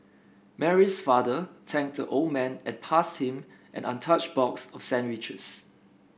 Mary's father thanked the old man and passed him an untouched box of sandwiches